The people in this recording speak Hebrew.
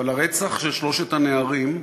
אבל הרצח של שלושת הנערים,